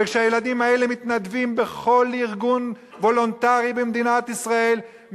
וכשהילדים האלה מתנדבים בכל ארגון וולונטרי במדינת ישראל,